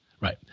Right